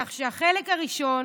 כך שהחלק הראשון